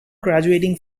graduating